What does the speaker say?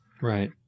Right